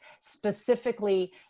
specifically